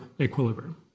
equilibrium